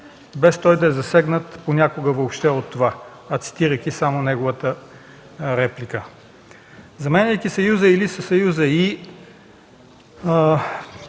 без той да е засегнат понякога въобще от това, а цитирайки само неговата реплика. Заменяйки съюза „или” със